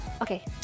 Okay